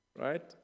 right